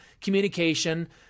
communication